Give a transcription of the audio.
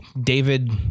David